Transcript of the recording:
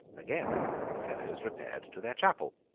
again the fellows repaired to their chapel.